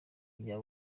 bya